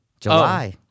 July